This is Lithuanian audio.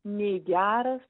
nei geras